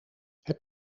heb